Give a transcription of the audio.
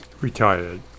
retired